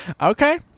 okay